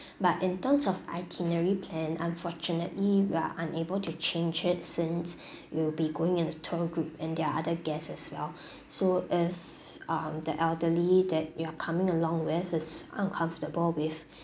but in terms of itinerary plan unfortunately we're unable to change it since we will be going in a tour group and their other guests as well so if um the elderly that you are coming along was uncomfortable with